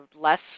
less